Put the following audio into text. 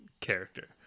character